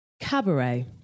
cabaret